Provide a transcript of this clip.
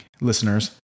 listeners